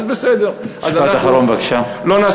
משפט אחרון, בבקשה.